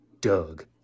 Doug